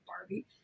Barbie